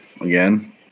again